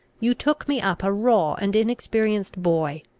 you took me up a raw and inexperienced boy,